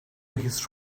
his